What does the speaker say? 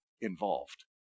involved